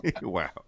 Wow